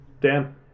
Dan